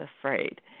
afraid